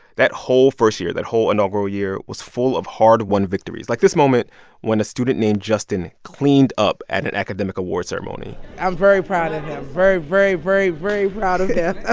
that whole first year, that whole inaugural year, was full of hard-won victories, like this moment when a student named justin cleaned up at an academic awards ceremony i'm very proud of him very, very, very, very proud of him ah